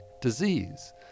disease